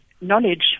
knowledge